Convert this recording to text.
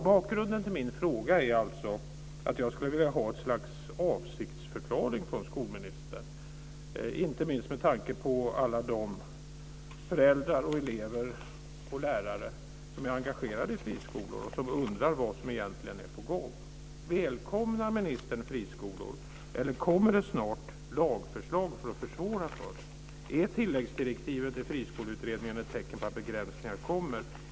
Bakgrunden till min fråga är alltså att jag skulle vilja ha ett slags avsiktsförklaring från skolministern, inte minst med tanke på alla de föräldrar, elever och lärare som är engagerade i friskolor och som undrar vad som egentligen är på gång. Välkomnar ministern friskolor, eller kommer det snart lagförslag för att försvåra för dem? Är tilläggsdirektivet till friskoleutredningen ett tecken på att begränsningar kommer?